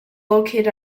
located